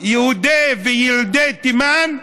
יהודי וילדי תימן,